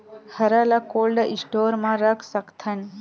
हरा ल cold store म रख सकथन?